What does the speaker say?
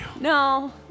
No